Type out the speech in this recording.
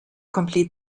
complete